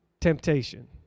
Temptation